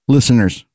Listeners